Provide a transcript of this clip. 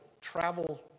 Travel